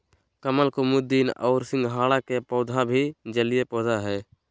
कमल, कुमुदिनी और सिंघाड़ा के पौधा भी जलीय पौधा हइ